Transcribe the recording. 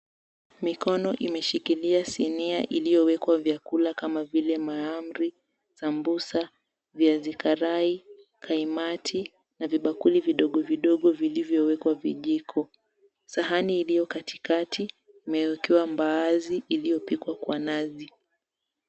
Mikono imeshikilia sinia iliyo wekwa vyakula kama vile mahamri, sambusa, viazi karai, kaimati na vibakuli vidogo vidogo vilivyo wekwa vijiko. Sahani iliyo katikati imewekewa mbaazi iliyo pikwa kwa nazi.